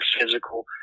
physical